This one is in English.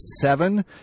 seven